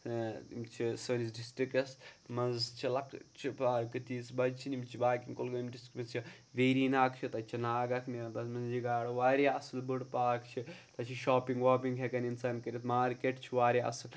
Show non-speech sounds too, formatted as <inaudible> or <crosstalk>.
یِم چھِ سٲنِس ڈِسٹِرٛکَس منٛز چھِ <unintelligible> تیٖژ بَجہِ چھِنہٕ یِم چھِ باقٕیَن کۄلگٲمۍ <unintelligible> ویری ناگ چھِ تَتہِ چھِ ناگ اَکھ نیران تَتھ منٛز چھِ گاڈٕ واریاہ اَصٕل بٔڑ پارک چھِ تَتہِ چھِ شاپِنٛگ واپِنٛگ ہٮ۪کان اِنسان کٔرِتھ مارکیٹ چھُ واریاہ اَصٕل